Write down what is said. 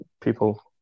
people